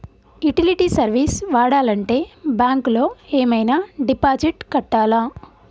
Utility service వాడాలంటే bank లో ఏమైనా డిపాజిట్ కట్టాలా?